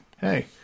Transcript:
Hey